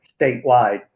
statewide